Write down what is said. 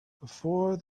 before